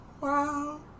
Wow